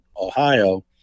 Ohio